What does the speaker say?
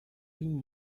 been